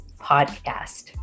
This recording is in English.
podcast